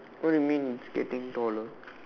what do you mean it's getting taller